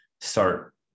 start